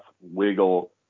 wiggle